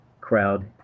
crowd